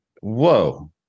Whoa